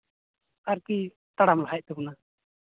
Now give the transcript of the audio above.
ᱟᱨᱠᱤ ᱛᱟᱲᱟᱢ ᱞᱟᱦᱟᱭᱮᱜ ᱛᱟᱵᱚᱱᱟ